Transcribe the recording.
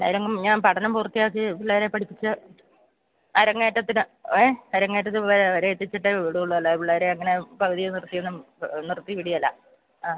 ആ എന്തായാലും ഞാൻ പഠനം പൂര്ത്തിയാക്കി പിള്ളേരെ പഠിപ്പിച്ച് അരങ്ങേറ്റത്തിന് ഏ അരങ്ങേറ്റത്തിന് പിള്ളേരെ അവരെ എത്തിച്ചിട്ട് വിടുകയുള്ളു അല്ലാതെ പിള്ളേരെ അങ്ങനെ പകുതി നിര്ത്തിയൊന്നും നിര്ത്തി വിടില്ല ആ